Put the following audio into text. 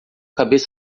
cabeça